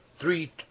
three